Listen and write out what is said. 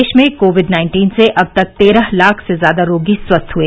देश में Covid nineteen से अब तक तेरह लाख से ज्यादा रोगी स्वस्थ हुए